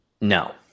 No